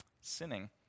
Sinning